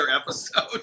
episode